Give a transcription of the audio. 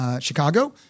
Chicago